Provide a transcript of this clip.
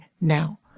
now